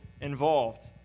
involved